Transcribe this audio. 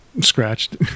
scratched